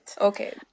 Okay